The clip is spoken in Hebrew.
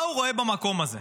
מה הוא רואה במקום הזה?